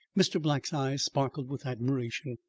mr. black's eyes sparkled with admiration.